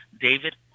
David